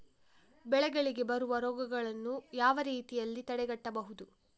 ಬೆಳೆಗಳಿಗೆ ಬರುವ ರೋಗಗಳನ್ನು ಯಾವ ರೀತಿಯಲ್ಲಿ ತಡೆಗಟ್ಟಬಹುದು?